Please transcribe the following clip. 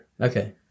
Okay